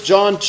John